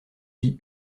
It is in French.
vie